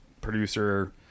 producer